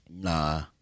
Nah